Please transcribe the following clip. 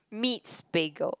meets bagel